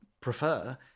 prefer